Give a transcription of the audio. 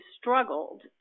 struggled